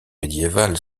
médiévale